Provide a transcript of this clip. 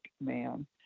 man